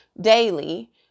daily